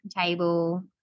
table